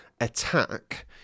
attack